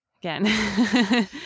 again